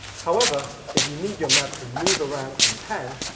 however, if you need your map to move around and pan,